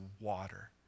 water